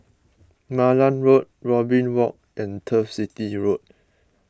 Malan Road Robin Walk and Turf City Road